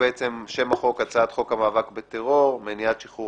בעצם שם החוק: הצעת חוק המאבק בטרור מניעת שחרור